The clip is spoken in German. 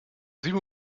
sieben